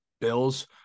bills